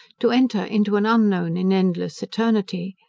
to enter into an unknown and endless eternity.